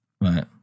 Right